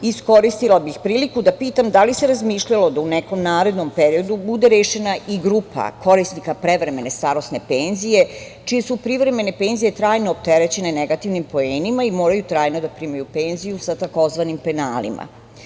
Iskoristila bih priliku pitam - da li se razmišljalo da u nekom narednom periodu bude rešena i grupa korisnika prevremene starosne penzije čije su privremene penzije trajno opterećene negativnim poenima i moraju trajno da primaju penziju sa tzv. penalima?